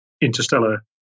interstellar